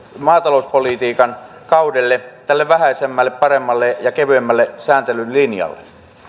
maatalouspolitiikan kaudelle tälle vähäisemmälle paremmalle ja kevyemmälle sääntelyn linjalle